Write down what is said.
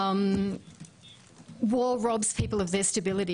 מלחמה מונעת יציבות מאנשים.